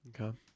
Okay